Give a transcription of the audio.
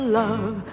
love